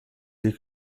les